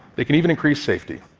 they can even increase safety.